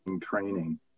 training